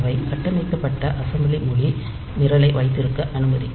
அவை கட்டமைக்கப்பட்ட அசெம்ப்ளி மொழி நிரலை வைத்திருக்க அனுமதிக்கும்